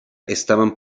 estaban